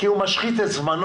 כי הוא משחית את זמנו